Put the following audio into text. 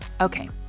Okay